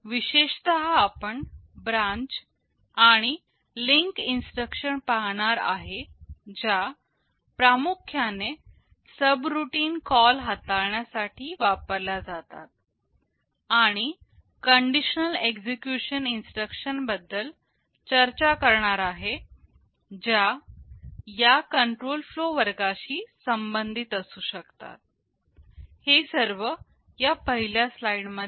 विशेषतः आपण ब्रांच आणि लिंक इन्स्ट्रक्शन पाहणार आहे ज्या प्रामुख्याने सबरुटीन कॉल हाताळण्यासाठी वापरल्या जातात आणि कंडिशनल एक्झिक्युशन इन्स्ट्रक्शन बद्दल चर्चा करणार आहे ज्या या कंट्रोल फ्लो वर्गाशी संबंधित असू शकतात